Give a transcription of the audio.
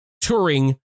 Touring